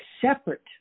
separate